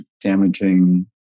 damaging